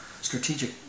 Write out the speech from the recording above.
strategic